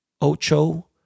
Ocho